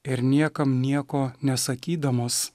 ir niekam nieko nesakydamos